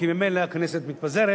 כי ממילא הכנסת מתפזרת